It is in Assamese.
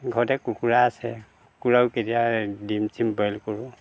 ঘৰতে কুকুৰা আছে কুকুৰাও কেতিয়াবা দিম চিম বইল কৰোঁ